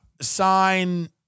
sign